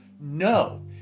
No